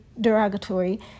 derogatory